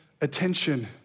attention